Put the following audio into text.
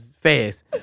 fast